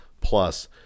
Plus